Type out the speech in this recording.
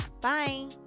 Bye